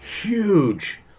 huge